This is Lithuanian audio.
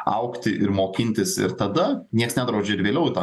augti ir mokintis ir tada nieks nedraudžia ir vėliau įtą